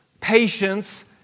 patience